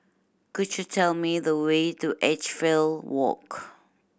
could you tell me the way to Edgefield Walk